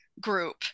group